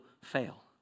fail